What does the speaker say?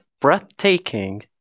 breathtaking